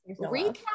recap